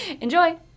Enjoy